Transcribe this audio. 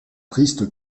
triste